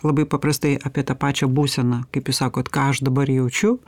labai paprastai apie tą pačią būseną kaip jūs sakot ką aš dabar jaučiu